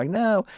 like no.